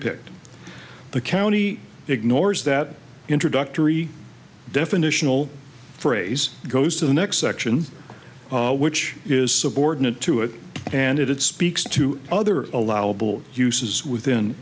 picked the county ignores that introductory definitional phrase goes to the next section which is subordinate to it and it speaks to other allowable uses within